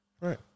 Right